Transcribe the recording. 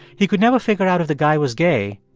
he could never figure out if the guy was gay,